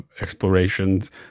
explorations